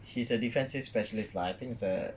he's a defensive specialist lah I think it's a